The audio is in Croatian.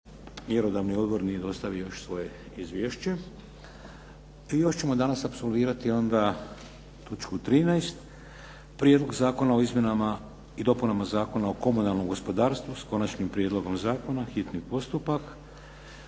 mjerodavni odbor nije dostavio još svoje izvješće. I još ćemo danas apsolvirati onda točku 13. - Prijedlog zakona o izmjenama i dopunama Zakona o komunalnom gospodarstvu, s konačnim prijedlogom zakona, hitni postupak,